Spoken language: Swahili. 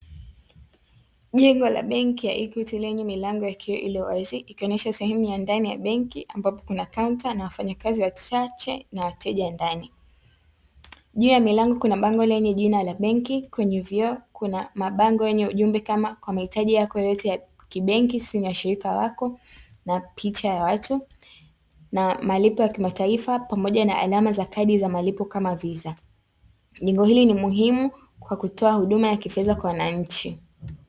Jengo la benki ya "EQUITY" lenye milango yake iliyowazi, ikionyesha sehemu ya ndani ya benki ambapo kuna kaunta na wafanyakazi wachache na wateja ndani. Juu ya milango kuna bango lenye jina la benki; kwenye vioo kuna mabango yenye ujumbe kama kwa mahitaji yako yote ya kibenki, simu ya shirika lako, na picha ya watu, na malipo ya kimataifa, pamoja na alama za kadi za malipo kama viza. Jengo hili ni muhimu kwa kutoa huduma ya kifedha kwa wananchi.